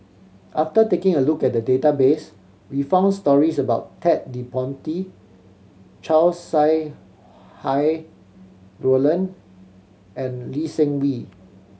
after taking a look at the database we found stories about Ted De Ponti Chow Sau Hai Roland and Lee Seng Wee